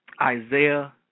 Isaiah